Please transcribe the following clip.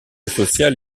social